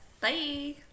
Bye